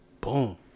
Boom